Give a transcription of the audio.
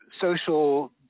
social